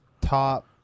top